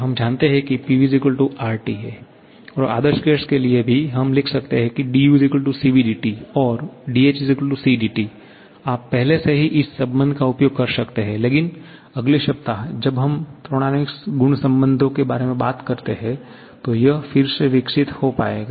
हम जानते है की Pv RT और आदर्श गैस के लिए भी हम लिख सकते हैं की du CvdT और dh C dT आप पहले से ही इस संबंध का उपयोग कर सकते हैं लेकिन अगले सप्ताह जब हम थर्मोडायनामिक गुण संबंधों के बारे में बात करते हैं तो यह फिर से विकसित हो जाएगा